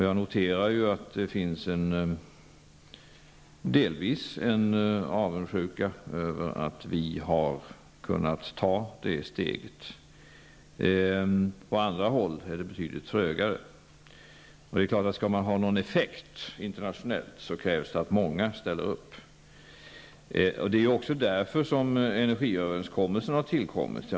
Jag noterar att det finns en viss avundsjuka över att vi har kunnat ta det steget. På andra håll är det betydligt trögare. Skall man internationellt få någon effekt krävs det att många ställer upp. Det är också därför som energiöverenskommelsen har tillkommit.